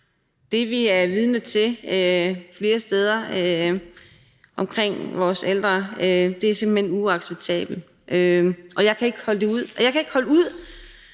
Det, vi er vidne til flere steder i forhold til vores ældre, er simpelt hen uacceptabelt, og jeg kan ikke holde det